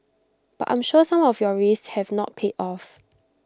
but I'm sure some of your risks have not paid off